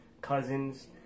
Cousins